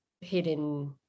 hidden